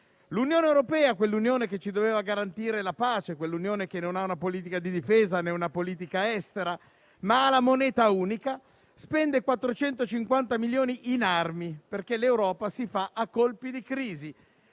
L'Unione europea - quell'Unione che ci doveva garantire la pace, quell'Unione che non ha una politica di difesa, né una politica estera, ma ha la moneta unica - spende 450 milioni in armi, perché l'Europa si fa a colpi di crisi.